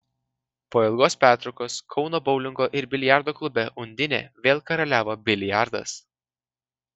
po ilgos pertraukos kauno boulingo ir biliardo klube undinė vėl karaliavo biliardas